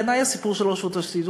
בעיני הסיפור של רשות השידור,